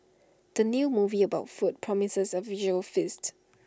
the new movie about food promises A visual feast